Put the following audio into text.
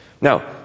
Now